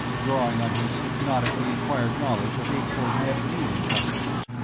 drawing on his hypnotically acquired knowledge of akor-neb duelling customs.